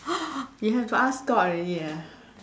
you have to ask god already ah